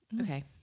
Okay